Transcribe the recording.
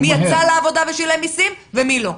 מי יצא לעבודה ושילם מסים ומי לא.